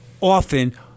often